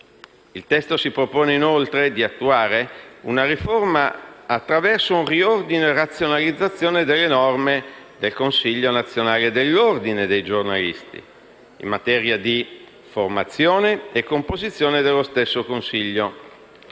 Il testo si propone, inoltre, di attuare una riforma, attraverso un riordino e razionalizzazione delle norme, del Consiglio nazionale dell'Ordine dei giornalisti, in materia di formazione e composizione del Consiglio